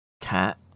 cat